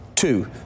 Two